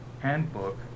handbook